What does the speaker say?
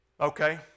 Okay